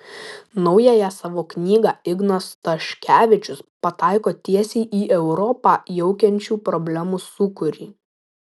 naująja savo knyga ignas staškevičius pataiko tiesiai į europą jaukiančių problemų sūkurį